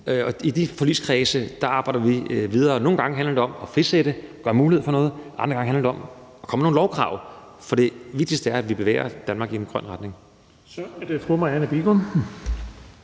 og i de forligskredse arbejder vi videre. Nogle gange handler det om at frisætte og give mulighed for noget, og andre gange handler det om, at der kommer nogle lovkrav. For det vigtigste er, at vi bevæger Danmark i en grøn retning.